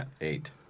eight